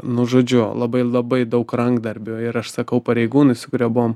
nu žodžiu labai labai daug rankdarbių ir aš sakau pareigūnui su kurio buvom